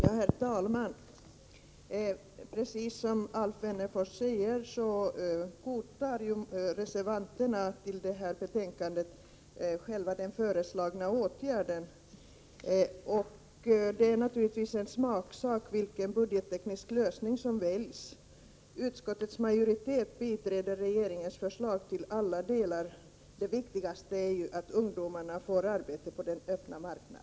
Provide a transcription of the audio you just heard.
Herr talman! Precis som Alf Wennerfors säger godtar reservanterna den föreslagna åtgärden. Det är egentligen en smaksak vilken budgetteknisk lösning som väljs. Utskottsmajoriteten biträder regeringens förslag till alla delar. Det viktigaste är att ungdomarna får arbete på den öppna marknaden.